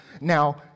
now